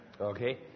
Okay